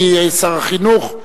כי שר החינוך,